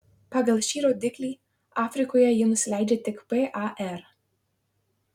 pagal šį rodiklį afrikoje ji nusileidžia tik par